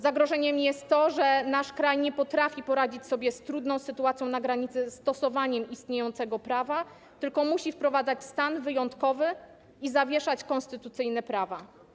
Zagrożeniem jest to, że nasz kraj nie potrafi poradzić sobie z trudną sytuacją na granicy, stosując istniejące prawo, tylko musi wprowadzać stan wyjątkowy i zawieszać konstytucyjne prawa.